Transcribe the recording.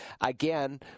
again